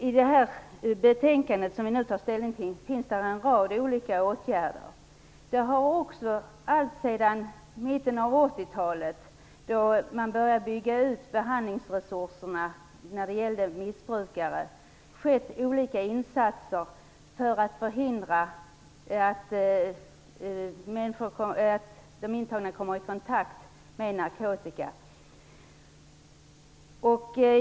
I det betänkande som vi nu skall ta ställning till finns det en rad olika åtgärder. Det har också alltsedan mitten av 80-talet, då man började bygga ut behandlingsresurserna när det gällde missbrukare, gjorts olika insatser för att förhindra att de intagna kommer i kontakt med narkotika.